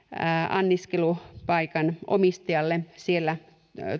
anniskelupaikan omistajalle ja siellä